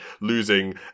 losing